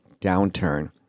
downturn